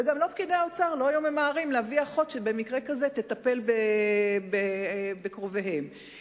וגם פקידי האוצר לא היו ממהרים להביא אחות שתטפל בקרוביהם במקרה כזה.